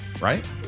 right